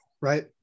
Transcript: Right